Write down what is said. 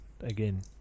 again